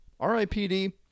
RIPD